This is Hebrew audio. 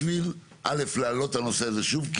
בשביל א' להעלות את הנושא הזה שוב,